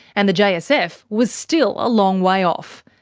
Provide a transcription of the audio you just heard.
and the jsf was still a long way off.